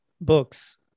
books